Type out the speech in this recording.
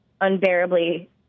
unbearably